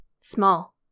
small